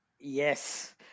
Yes